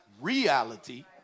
reality